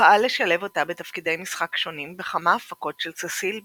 ופעל לשלב אותה בתפקידי משחק שונים בכמה הפקות של ססיל ב.